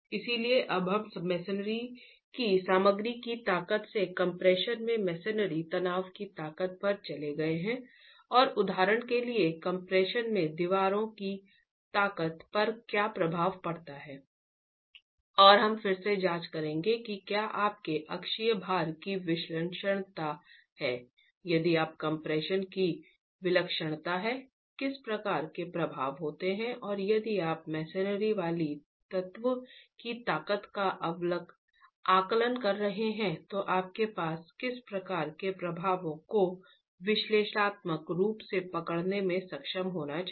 इसलिए अब हम मसनरी की सामग्री की ताकत से कम्प्रेशन में मसनरी तत्व की ताकत पर चले गए हैं और उदाहरण के लिए कम्प्रेशन में दीवारों की ताकत पर क्या प्रभाव पड़ता है और हम फिर से जांच करेंगे कि क्या आपके अक्षीय भार की विलक्षणता है यदि वहां कम्प्रेशन की विलक्षणता है किस प्रकार के प्रभाव होते हैं और यदि आप मसनरी वाले तत्व की ताकत का आकलन कर रहे हैं तो आपको किस प्रकार के प्रभावों को विश्लेषणात्मक रूप से पकड़ने में सक्षम होना चाहिए